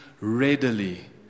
readily